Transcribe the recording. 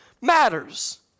matters